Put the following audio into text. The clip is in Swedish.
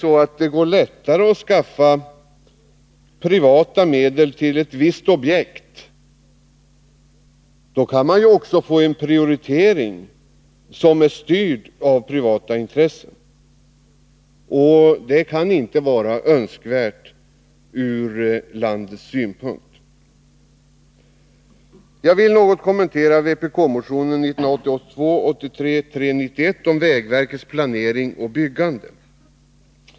Om det går lättare att skaffa privata medel till ett visst objekt, då kan man ju också få en prioritering som är styrd av privata intressen. Det kan inte vara önskvärt ur landets synpunkt. Jag skall något kommentera vpk-motionen 1982/83:391 om vägverkets planering och byggande.